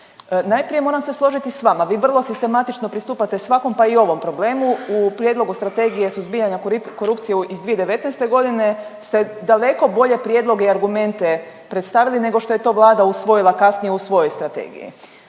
Najprije moram se složiti sa vama, vi vrlo sistematično pristupate svakom, pa i ovom problemu. U Prijedlogu strategije suzbijanja korupcije iz 2019. godine ste daleko bolje prijedloge i argumente predstavili nego što je to Vlada usvojila kasnije u svojoj strategiji.